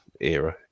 era